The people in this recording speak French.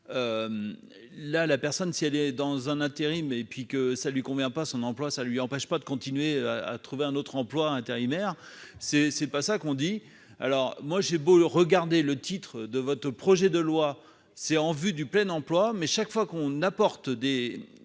la la personne si elle est dans un intérim et puis que ça lui convient pas son emploi, ça lui empêche pas de continuer à trouver un autre emploi intérimaire c'est c'est pas ça qu'on dit alors moi j'ai beau regarder le titre de votre projet de loi c'est en vue du plein emploi, mais chaque fois qu'on apporte des,